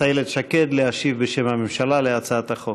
איילת שקד להשיב בשם הממשלה להצעת החוק.